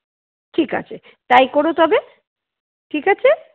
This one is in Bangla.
ঠিক আছে তাই কোরো তবে ঠিক আছে